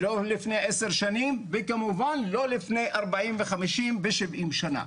ולא לפני עשר שנים וכמובן לא לפני 40 ו-50 ו-70 שנים.